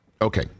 okay